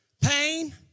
pain